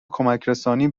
کمکرسانی